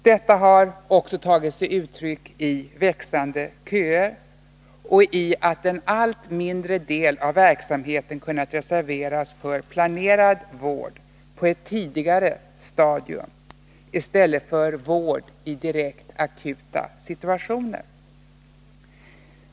Detta har också tagit sig uttryck i växande köer och i att en allt mindre del av verksamheten kunnat reserveras för planerad vård i stället för vård i direkt akuta situationer.